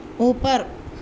اوپر